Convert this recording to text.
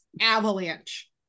avalanche